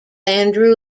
andrew